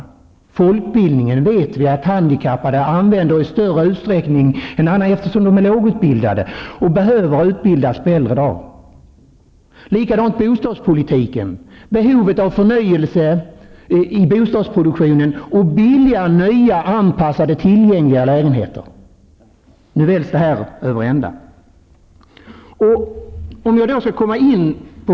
Vi vet att fortbildningen används av de handikappade i större utsträckning än av andra, eftersom de handikappade är lågutbildade och behöver utbildas på äldre dagar. På samma sätt är det beträffande bostadspolitiken. Behov finns av förnyelse i bostadsproduktionen, så att man får billiga, nya och anpassade lägenheter. Nu välter man det här över ända.